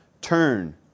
Turn